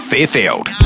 Fairfield